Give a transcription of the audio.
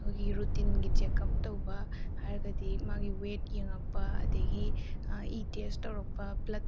ꯑꯩꯈꯣꯏꯒꯤ ꯔꯨꯇꯤꯟꯒꯤ ꯆꯦꯛꯑꯞ ꯇꯧꯕ ꯍꯥꯏꯔꯒꯗꯤ ꯃꯥꯒꯤ ꯋꯦꯠ ꯌꯦꯡꯉꯛꯄ ꯑꯗꯨꯗꯒꯤ ꯏ ꯇꯦꯁ ꯇꯧꯔꯛꯄ ꯕ꯭ꯂꯗ